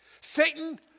Satan